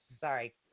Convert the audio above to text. Sorry